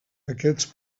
aquests